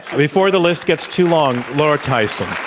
before the list gets too long, laura tyson.